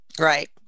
Right